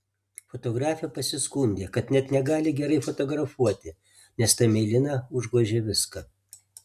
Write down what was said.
fotografė pasiskundė kad net negali gerai fotografuoti nes ta mėlyna užgožia viską